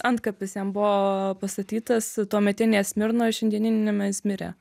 antkapis jam buvo pastatytas tuometinėje smirnoj šiandieniniame izmire